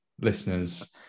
listeners